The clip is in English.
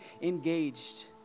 engaged